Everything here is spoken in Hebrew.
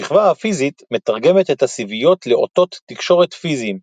השכבה הפיזית מתרגמת את הסיביות לאותות תקשורת פיזיים,